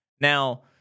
Now